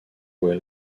voit